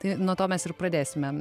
tai nuo to mes ir pradėsime